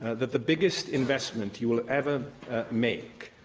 that the biggest investment you will ever make,